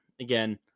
again